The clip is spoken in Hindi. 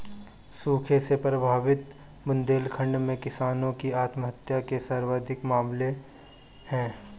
सूखे से प्रभावित बुंदेलखंड में किसानों की आत्महत्या के सर्वाधिक मामले है